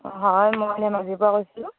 হয় মই ধেমাজিৰ পৰা কৈছিলো